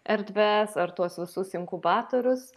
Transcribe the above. erdves ar tuos visus inkubatorius